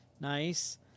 Nice